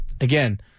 Again